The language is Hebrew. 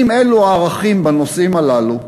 אם אלו הערכים בנושאים הללו,